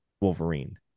Wolverine